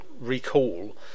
recall